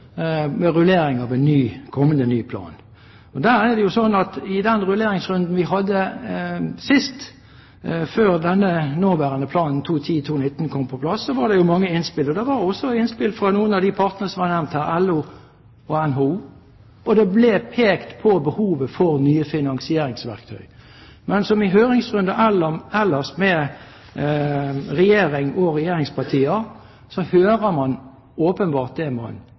med rulleringer ved kommende ny plan. I den rulleringsrunden vi hadde sist, før den nåværende planen 2010–2019 kom på plass, var det mange innspill. Og det var også innspill fra noen av de partene som ble nevnt her, LO og NHO. Det ble pekt på behovet for nye finansieringsverktøy. Men som i høringsrunder ellers med regjering og regjeringspartier hører man åpenbart